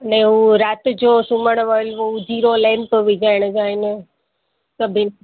ने हू राति जो सुम्हणु महिल हू जीरो लैम्प विझाइण जा आहिनि सभिनी